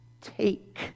take